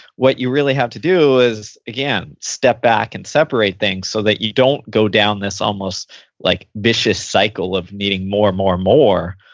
what you really have to do is again, step back and separate things so that you don't go down this almost like vicious cycle of needing more and more and more,